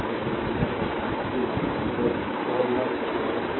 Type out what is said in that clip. slide time देखें 0905 यदि ऐसा है तो यह 8 2 i 3 i 0 होगा इसका मतलब है 8 i i 8 एम्पीयर